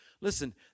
Listen